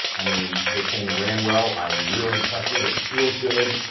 i mean, this thing ran well. i'm really impressed with it, it feels good.